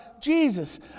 Jesus